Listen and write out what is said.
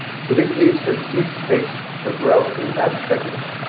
so this leaves s huge space for growth in that segment.